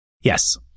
Yes